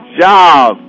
job